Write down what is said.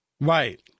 Right